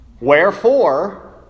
Wherefore